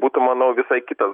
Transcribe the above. būtų manau visai kitas